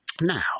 Now